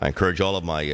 i courage all of my